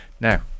now